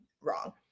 wrong